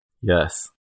Yes